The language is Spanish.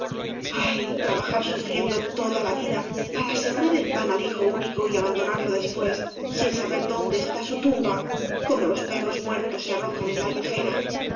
ay tra bajar sufriendo toda la vida para asegurar el pan al hijo único y abandonarlo después sin saber dónde está su tumba como los perros muertos que ge arrojan en